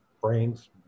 Brains